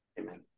Amen